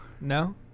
No